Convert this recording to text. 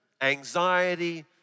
anxiety